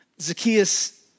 Zacchaeus